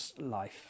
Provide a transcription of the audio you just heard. life